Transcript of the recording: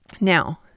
Now